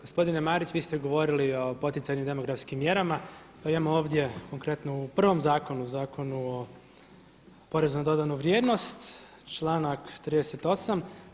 Gospodine Marić, vi ste govorili o poticanju demografskim mjerama, pa imamo ovdje, konkretno u prvom zakonu, Zakonu o porezu na dodanu vrijednost, članak 38.